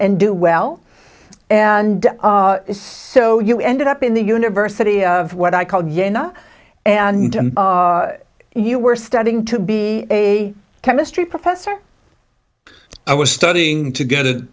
and do well and it's so you ended up in the university of what i called yanna and you were studying to be a chemistry professor i was studying to get a